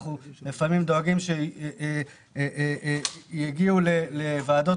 לפעמים גם דואגים שהם יגיעו לוועדות